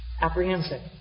apprehensive